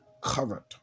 covered